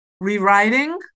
rewriting